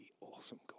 awesome